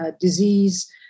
disease